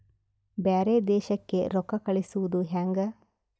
ಬ್ಯಾರೆ ದೇಶಕ್ಕೆ ರೊಕ್ಕ ಕಳಿಸುವುದು ಹ್ಯಾಂಗ?